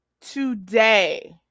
today